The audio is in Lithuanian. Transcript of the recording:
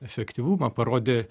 efektyvumą parodė